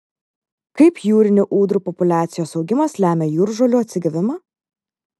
kaip jūrinių ūdrų populiacijos augimas lemia jūržolių atsigavimą